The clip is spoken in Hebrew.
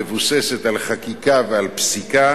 המבוססת על חקיקה ועל פסיקה,